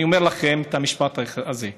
אני אומר לכם את המשפט הזה: